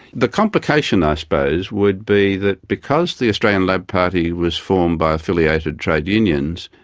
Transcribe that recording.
the complication, i suppose, would be that because the australian labor party was formed by affiliated trade unions,